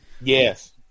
Yes